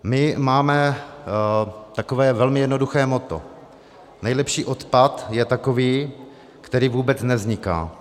My máme takové velmi jednoduché moto nejlepší odpad je takový, který vůbec nevzniká.